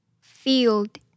Field